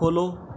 follow